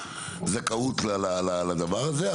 זכאות לדבר הזה,